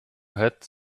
had